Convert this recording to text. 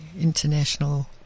international